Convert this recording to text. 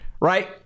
Right